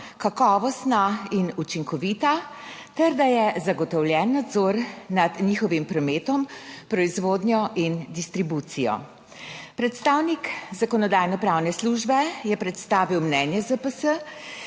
kakovostna in učinkovita ter da je zagotovljen nadzor nad njihovim prometom, proizvodnjo in distribucijo. Predstavnik Zakonodajno-pravne službe je predstavil mnenje ZPS